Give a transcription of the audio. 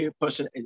person